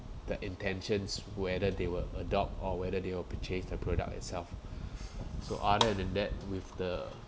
that intentions whether they will adopt or whether they will purchase the product itself so other than that with the